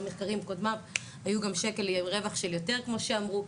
המחקרים היו גם שקל עם רווח של יותר כמו שאמרו.